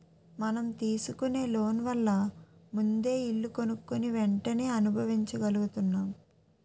మనం తీసుకునే లోన్ వల్ల ముందే ఇల్లు కొనుక్కుని వెంటనే అనుభవించగలుగుతున్నాం